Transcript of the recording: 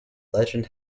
legend